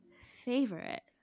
favorite